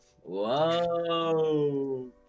Whoa